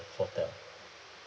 hotel